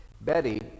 Betty